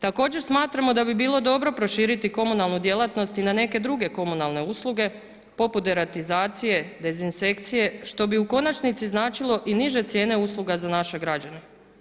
Također smatramo da bi bilo dobro proširiti komunalnu djelatnost i na neke druge komunalne usluge poput deratizacije, dezinsekcije što bi u konačnici značilo i niže cijene usluga za naše građane.